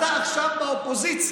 אתה עכשיו באופוזיציה.